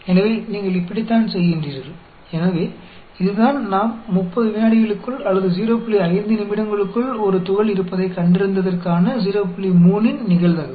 तो यह 03 की प्रोबेबिलिटी है कि हमने 30 सेकंड के भीतर या 05 मिनट के भीतर एक कण का पता लगाया